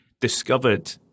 discovered